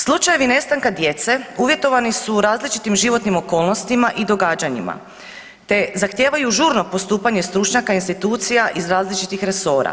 Slučajevi nestanka djece uvjetovani su različitim životnim okolnostima i događanjima te zahtijevaju žurno postupanje stručnjaka i institucija iz različitih resora.